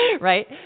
right